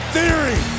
Theory